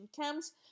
camps